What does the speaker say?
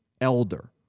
elder